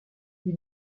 lui